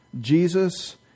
Jesus